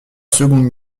seconde